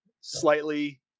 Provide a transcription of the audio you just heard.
slightly